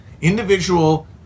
individual